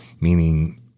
meaning